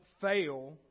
fail